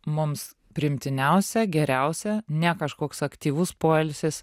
mums priimtiniausia geriausia ne kažkoks aktyvus poilsis